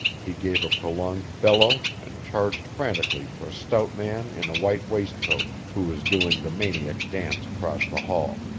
he gave a prolonged bellow and charged frantically for a stout man in a white waistcoat who was doing the maniac dance across the hall.